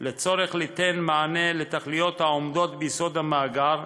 לצורך ליתן מענה לתוכניות העומדות ביסוד המאגר,